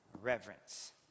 Reverence